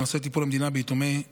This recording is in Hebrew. בנושא: טיפול המדינה ביתומי צה"ל,